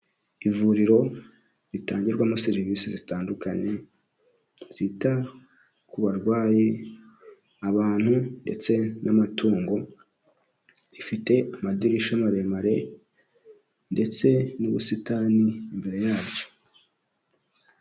Ivuriro ritangirwamo serivisi zitandukanye, zita ku barwayi, abantu ndetse n'amatungo, rifite amadirisha maremare ndetse n'ubusitani imbere yaryo.